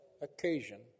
occasion